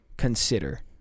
consider